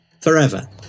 forever